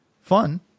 fun